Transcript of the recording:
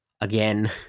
again